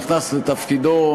לתפקידו,